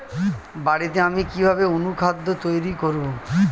বাড়িতে আমি কিভাবে অনুখাদ্য তৈরি করব?